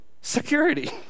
security